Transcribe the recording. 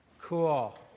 Cool